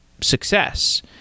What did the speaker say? success